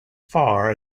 far